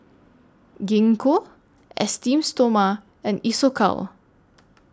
Gingko Esteem Stoma and Isocal